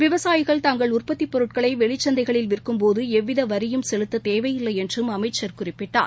விவசாயிகள் தங்கள் உற்பத்திப் பொருட்களை வெளிச்சந்தைகளில் விற்கும் போது எவ்வித வரியும் செலுத்த தேவையில்லை என்று அமைச்சர் குறிப்பிட்டார்